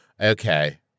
okay